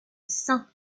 saint